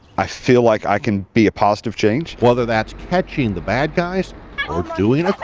i feel like i can be a positive change whether that's catching the bad guys are doing.